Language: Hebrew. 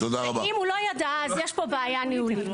ואם הוא לא ידע אז יש פה בעיה ניהולית.